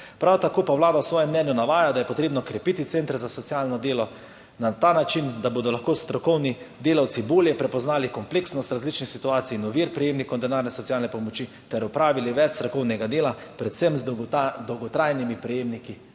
Prav tako pa Vlada v svojem mnenju navaja, da je potrebno krepiti centre za socialno delo na ta način, da bodo lahko strokovni delavci bolje prepoznali kompleksnost različnih situacij in ovir prejemnikov denarne socialne pomoči ter opravili več strokovnega dela, predvsem z dolgotrajnimi prejemniki denarne